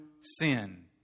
sin